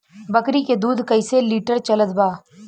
बकरी के दूध कइसे लिटर चलत बा?